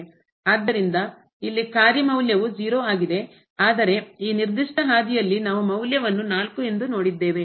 ಆದ್ದರಿಂದ ಇಲ್ಲಿ ಕಾರ್ಯ ಮೌಲ್ಯವು 0 ಆಗಿದೆ ಆದರೆ ಈ ನಿರ್ದಿಷ್ಟ ಹಾದಿಯಲ್ಲಿ ನಾವು ಮೌಲ್ಯವನ್ನು 4 ಎಂದು ನೋಡಿದ್ದೇವೆ